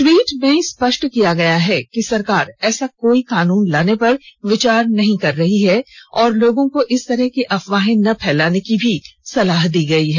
tweet में स्पाष्टय किया गया है कि सरकार ऐसा कोई कानून लाने पर विचार नहीं कर रही है और लोगों को इस तरह की अफवाहें न फैलाने की सलाह दी गई है